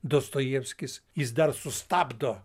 dostojevskis jis dar sustabdo